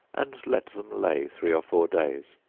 and let them lay three or four days,